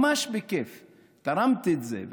ממש בכיף תרמתי את זה.